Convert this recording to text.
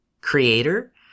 creator